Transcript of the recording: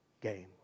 game